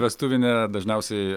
vestuvinę dažniausiai